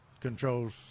controls